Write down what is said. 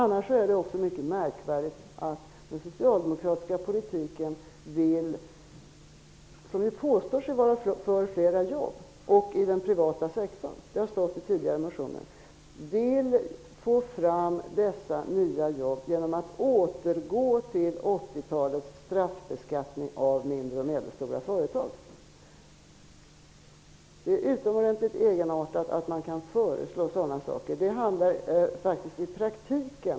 Det är också mycket märkvärdigt att den socialdemokratiska politiken, som ju påstår sig vara för flera jobb i den privata sektorn -- det har stått i tidigare motioner -- vill få fram dessa nya jobb genom att återgå till 80-talets straffbeskattning av mindre och medelstora företag. Det är utomordentligt egenartat att man kan föreslå sådant.